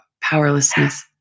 Powerlessness